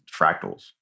fractals